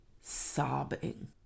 sobbing